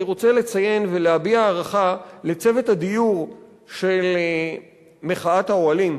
אני רוצה לציין ולהביע הערכה לצוות הדיור של מחאת האוהלים,